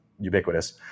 ubiquitous